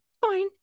fine